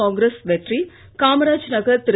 காங்கிரஸ் வெற்றி காமராஜ்நகர் திரு